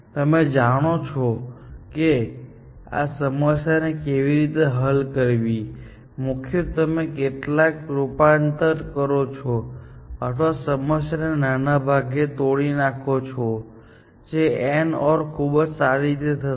તમે જાણો છો કે આ સમસ્યાને કેવી રીતે હલ કરવી કે મુખ્યત્વે તમે કેટલાક રૂપાંતરણ કરો છો અથવા સમસ્યાને નાના ભાગમાં તોડી નાખો છો જે AND OR માં ખૂબ સારી રીતે થશે